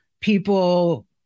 people